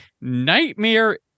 Nightmare